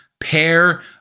pair